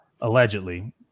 allegedly